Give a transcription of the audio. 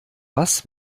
was